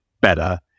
better